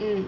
mm